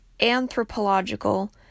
anthropological